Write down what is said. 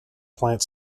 plant